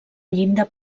llinda